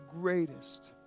greatest